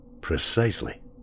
precisely